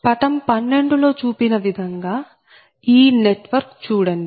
పటం 12 లో చూపిన విధంగా ఈ నెట్వర్క్ చూడండి